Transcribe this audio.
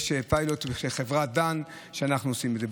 יש פיילוט של חברת דן שאנחנו עושים את זה.